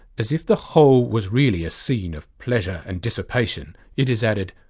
as if the whole was really a scene of pleasure and dissipation it is added,